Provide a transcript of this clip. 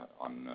on